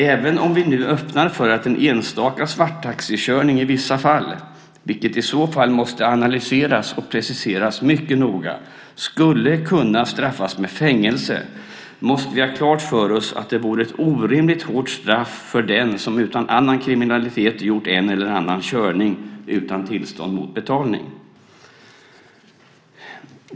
Även om vi nu öppnar för att en enstaka svarttaxikörning i vissa fall - vilka i så fall måste analyseras och preciseras mycket noga - skulle kunna straffas med fängelse, måste vi ha klart för oss att det vore ett orimligt hårt straff för den som utan annan kriminalitet gjort en eller annan körning mot betalning utan tillstånd.